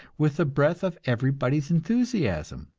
with the breath of everybody's enthusiasm.